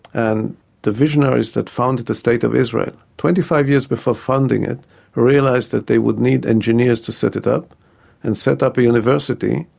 and the visionaries that founded the state of israel twenty five years before funding it realised that they would need engineers to set it up and set up a university.